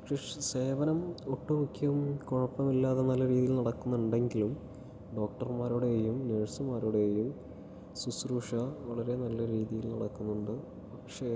പക്ഷേ സേവനം ഒട്ടുമിക്കതും കുഴപ്പമില്ലാതെ നല്ല രീതിയില് നടക്കുന്നുണ്ടെങ്കിലും ഡോക്ടർമാരുടെയും നേഴ്സുമാരുടെയും ശുശ്രൂഷ വളരെ നല്ല രീതിയിൽ നടക്കുന്നുണ്ട് പക്ഷേ